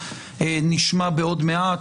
שנשמע עוד מעט,